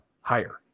higher